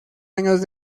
años